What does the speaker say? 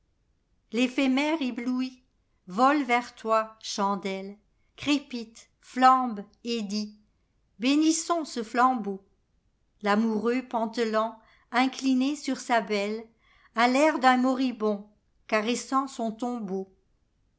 l'éphémère ébloui vole vers toi chandelle crépite flambe et dit bénissons ce flambeauil'amoureux pantelant incliné sur sa bellea l'air d'un moribond caressant son tombeau